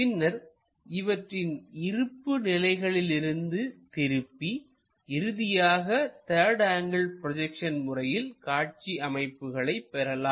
பின்னர் இவற்றின் இருப்பு நிலைகளிலிருந்து திருப்பி இறுதியாக த்தர்டு ஆங்கிள் ப்ரொஜெக்ஷன் முறையில் காட்சி அமைப்புகளை பெறலாம்